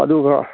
ꯑꯗꯨꯒ